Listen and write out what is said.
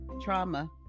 trauma